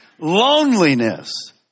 loneliness